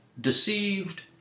deceived